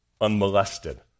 unmolested